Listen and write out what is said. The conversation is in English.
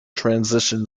transition